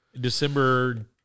December